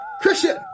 christian